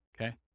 Okay